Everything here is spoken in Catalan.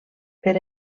per